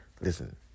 listen